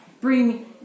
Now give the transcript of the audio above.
bring